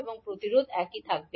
এবং প্রতিরোধ একই থাকবে